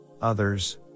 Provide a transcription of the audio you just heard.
others